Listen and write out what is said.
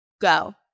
go